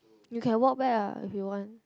you can walk back ah if you want